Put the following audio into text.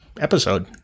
episode